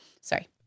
Sorry